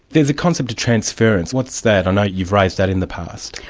there's a concept of transference. what's that? i know you've raised that in the past.